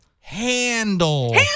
handle